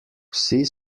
vsi